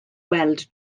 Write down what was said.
weld